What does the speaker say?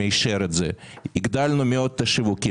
שאישר את זה הגדלנו מאוד את השיווקים,